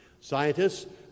Scientists